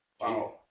Wow